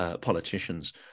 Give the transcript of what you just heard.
politicians